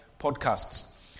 podcasts